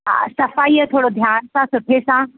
हा त असां इहे थोरो ध्यान सां सुठे सां